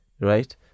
right